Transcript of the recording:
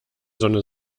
sonne